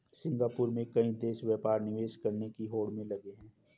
Singapore में कई देश व्यापार निवेश करने की होड़ में लगे हैं